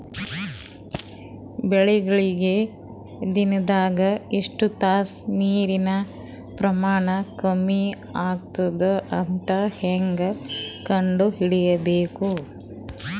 ಬೆಳಿಗಳಿಗೆ ದಿನದಾಗ ಎಷ್ಟು ತಾಸ ನೀರಿನ ಪ್ರಮಾಣ ಕಮ್ಮಿ ಆಗತದ ಅಂತ ಹೇಂಗ ಕಂಡ ಹಿಡಿಯಬೇಕು?